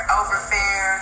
overfair